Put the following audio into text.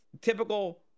typical